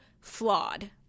flawed